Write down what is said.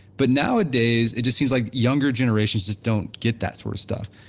but nowadays it just seems like younger generations just don't get that sort of stuff.